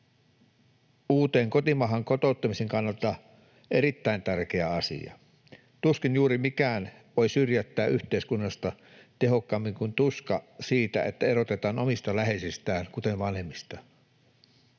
uuteen kotimaahan kotouttamisen kannalta erittäin tärkeä asia. Tuskin juuri mikään voi syrjäyttää yhteiskunnasta tehokkaammin kuin tuska siitä, että erotetaan omista läheisistään, kuten vanhemmista.